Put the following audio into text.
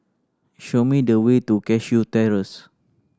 show me the way to Cashew Terrace